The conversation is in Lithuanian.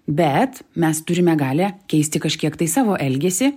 bet mes turime galią keisti kažkiek tai savo elgesį